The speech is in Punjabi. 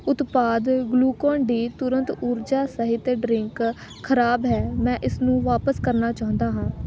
ਉਤਪਾਦ ਗਲੂਕੋਨ ਡੀ ਤੁਰੰਤ ਊਰਜਾ ਸਹਿਤ ਡਰਿੰਕ ਖਰਾਬ ਹੈ ਮੈਂ ਇਸਨੂੰ ਵਾਪਸ ਕਰਨਾ ਚਾਹੁੰਦਾ ਹਾਂ